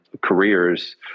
careers